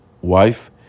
wife